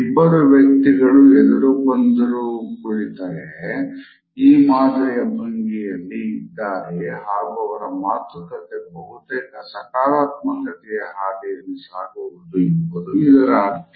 ಇಬ್ಬರು ವ್ಯಕ್ತಿಗಳು ಎದುರು ಬಂದರು ಕುಳಿತು ಈ ಮಾದರಿಯ ಭಂಗಿಯಲ್ಲಿ ಇದ್ದಾರೆ ಹಾಗು ಅವರ ಮಾತುಕತೆ ಬಹುತೇಕ ಸಕಾರಾತ್ಮಕತೆಯ ಹಾದಿಯಲ್ಲಿ ಸಾಗುವುದು ಎಂಬುದು ಅದರ ಅರ್ಥ